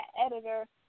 editor